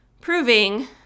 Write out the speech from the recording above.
proving